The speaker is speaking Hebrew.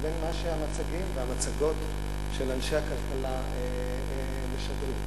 לבין מה שהמצגים והמצגות של אנשי הכלכלה משדרים.